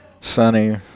Sunny